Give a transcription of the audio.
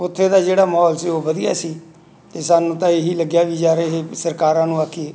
ਉੱਥੇ ਦਾ ਜਿਹੜਾ ਮਾਹੌਲ ਸੀ ਉਹ ਵਧੀਆ ਸੀ ਅਤੇ ਸਾਨੂੰ ਤਾਂ ਇਹ ਹੀ ਲੱਗਿਆ ਵੀ ਯਾਰ ਇਹ ਸਰਕਾਰਾਂ ਨੂੰ ਆਖੀਏ